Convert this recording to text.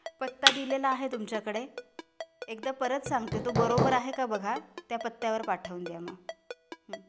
पत्ता दिलेला आहे तुमच्याकडे एकदा परत सांगते तो बरोबर आहे का बघा त्या पत्त्यावर पाठवून द्या मग